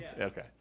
Okay